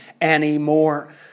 anymore